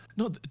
No